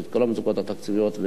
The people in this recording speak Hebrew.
ואת כל המצוקות התקציביות.